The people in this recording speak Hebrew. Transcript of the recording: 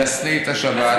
ישניא את השבת,